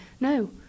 No